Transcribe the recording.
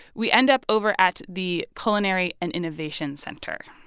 we end up over at the culinary and innovation center.